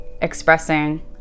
expressing